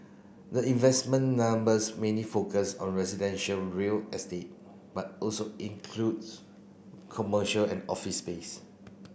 the investment numbers mainly focus on residential real estate but also includes commercial and office space